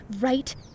right